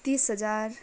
तिस हजार